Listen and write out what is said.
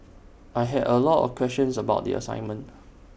I had A lot of questions about the assignment